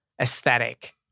aesthetic